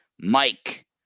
Mike